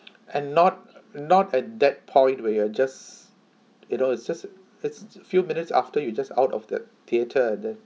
and not not at that point where you're just you know it's just it's few minutes after you just out of the theatre and then